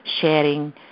sharing